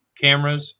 cameras